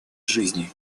жизни